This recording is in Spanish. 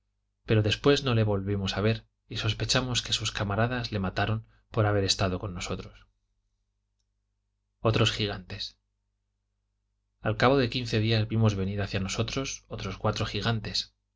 pero después no le volvimos a ver y sospechamos que sus camaradas le mataron por haber estado con nosotros otros gigantes al cabo de quince días vimos venir hacia nosotros otros cuatro gigantes